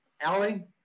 Allie